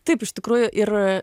taip iš tikrųjų ir